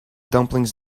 dumplings